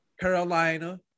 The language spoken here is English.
Carolina